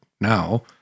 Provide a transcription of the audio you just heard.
now